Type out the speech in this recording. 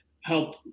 help